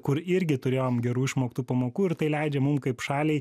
kur irgi turėjom gerų išmoktų pamokų ir tai leidžia mum kaip šaliai